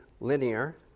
linear